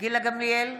גילה גמליאל,